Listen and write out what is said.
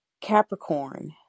Capricorn